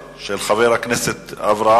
אל מי אפשר להפנות תלונות על אי-סדרים במינהלה?